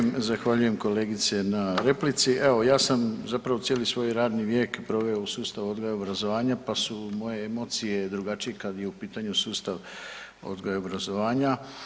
Zahvaljujem, zahvaljujem kolegice na replici, evo ja sam zapravo cijeli svoj radni vijek proveo u sustavu odgoja i obrazovanja pa su moje emocije drugačije kad je u pitanju sustav odgoja i obrazovanja.